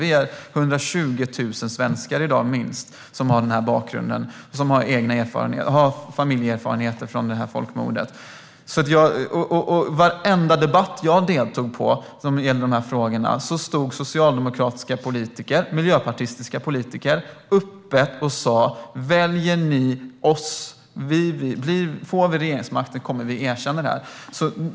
Vi är i dag minst 120 000 svenskar som har denna bakgrund och som har familjeerfarenheter från detta folkmord. I varenda debatt som jag deltog i som gällde dessa frågor stod socialdemokratiska politiker och miljöpartistiska politiker och sa: Väljer ni oss och vi får regeringsmakten kommer vi att erkänna detta.